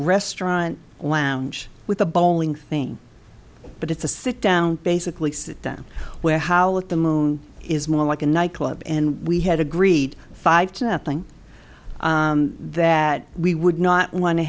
restaurant lounge with a bowling thing but it's a sit down basically sit down where how the moon is more like a nightclub and we had agreed five to nothing that we would not want to